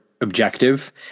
objective